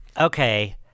Okay